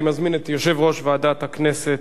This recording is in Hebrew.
אני מזמין את יושב-ראש ועדת הכנסת,